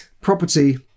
property